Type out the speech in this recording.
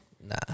Nah